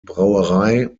brauerei